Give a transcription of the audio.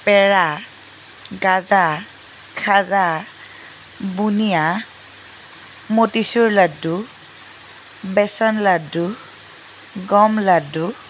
পেৰা গাজা খাজা বুনিয়া মতীচুৰ লাড্ডু বেচন লাড্ডু গম লাডু